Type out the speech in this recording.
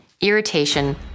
irritation